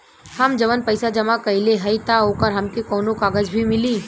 हम जवन पैसा जमा कइले हई त ओकर हमके कौनो कागज भी मिली?